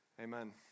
Amen